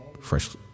fresh